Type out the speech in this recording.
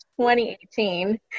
2018